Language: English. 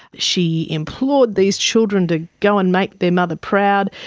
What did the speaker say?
she implored these children to go and make their mother proud,